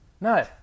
No